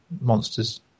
monsters